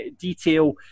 detail